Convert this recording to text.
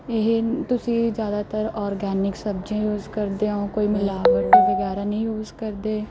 ਇਹ ਤੁਸੀਂ ਜ਼ਿਆਦਾਤਰ ਔਰਗੈਨਿਕ ਸਬਜ਼ੀਆਂ ਯੂਜ਼ ਕਰਦੇ ਹੋ ਕੋਈ ਮਿਲਾਵਟ ਵਗੈਰਾ ਨਹੀਂ ਯੂਜ਼ ਕਰਦੇ